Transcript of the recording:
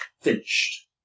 finished